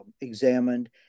examined